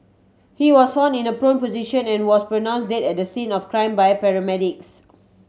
he was found in a prone position and was pronounce dead at the scene of crime by paramedics